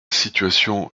situation